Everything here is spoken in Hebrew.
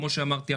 כמו שאמרתי,